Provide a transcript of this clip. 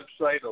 website